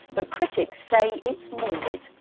but critics say it's morbid.